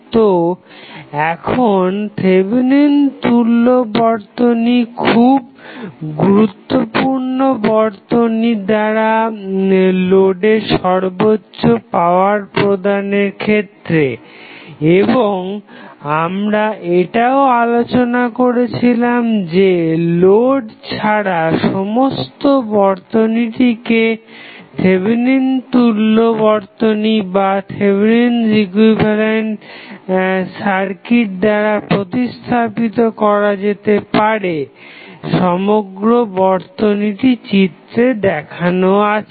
তো এখন থেভেনিন তুল্য বর্তনী খুব গুরুত্বপূর্ণ বর্তনী দ্বারা লোডে সর্বোচ্চ পাওয়ার প্রদানের ক্ষেত্রে এবং আমরা এটাও আলোচনা করেছিলাম যে লোড ছাড়া সমস্ত বর্তনীটিকে থেভেনিন তুল্য বর্তনী দ্বারা প্রতিস্থাপিত করা যেতে পারে সমগ্র বর্তনীটি চিত্রে দেখানো আছে